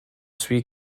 sweet